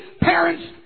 Parents